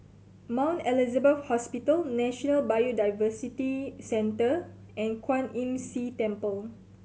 Mount Elizabeth Hospital National Biodiversity Centre and Kwan Imm See Temple